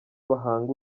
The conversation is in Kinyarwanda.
bahanga